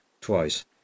twice